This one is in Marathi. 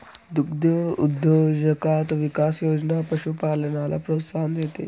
दुग्धउद्योजकता विकास योजना पशुपालनाला प्रोत्साहन देते